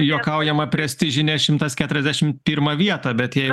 juokaujama prestižinė šimtas keturiasdešimt pirma vieta bet jei